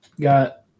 got